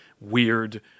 weird